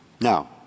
Now